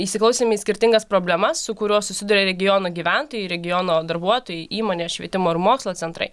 įsiklausėme į skirtingas problemas su kuriuo susiduria regiono gyventojai regiono darbuotojai įmonės švietimo ir mokslo centrai